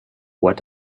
what